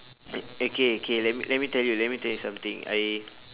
okay okay let me let me tell you let me tell you something I